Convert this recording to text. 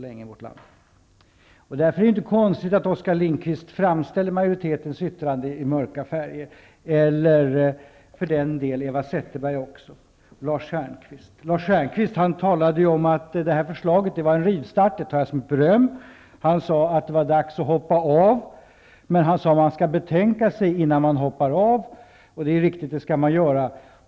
Därför är det inte konstigt att Oskar Lindkvist framställer majoritetens yttrande i mörka färger, liksom för den delen Eva Zetterberg och Lars Stjernkvist. Lars Stjernvkist talade om att detta förslag var en rivstart. Det tar jag som ett beröm. Han sade att det var dags att hoppa av, men man skall betänka sig innan man hoppar av. Det är riktigt, det skall man göra.